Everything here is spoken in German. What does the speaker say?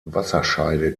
wasserscheide